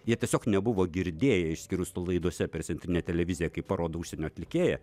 jie tiesiog nebuvo girdėję išskyrus laidose per centrinę televiziją kai parodo užsienio atlikėją